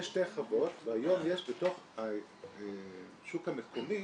יש שתי חוות והיום יש בתוך השוק המקומי